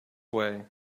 way